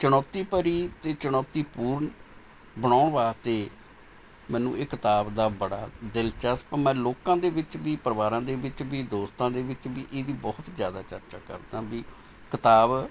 ਚੁਣੌਤੀ ਭਰੀ ਅਤੇ ਚੁਣੌਤੀਪੂਰਨ ਬਣਾਉਣ ਵਾਸਤੇ ਮੈਨੂੰ ਇਹ ਕਿਤਾਬ ਦਾ ਬੜਾ ਦਿਲਚਸਪ ਮੈਂ ਲੋਕਾਂ ਦੇ ਵਿੱਚ ਵੀ ਪਰਿਵਾਰਾਂ ਦੇ ਵਿੱਚ ਵੀ ਦੋਸਤਾਂ ਦੇ ਵਿੱਚ ਵੀ ਇਹਦੀ ਬਹੁਤ ਜ਼ਿਆਦਾ ਚਰਚਾ ਕਰਦਾ ਵੀ ਕਿਤਾਬ